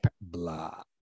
blah